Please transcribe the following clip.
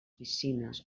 piscines